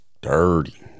dirty